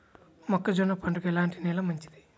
మొక్క జొన్న పంటకు ఎలాంటి నేల మంచిది?